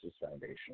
Foundation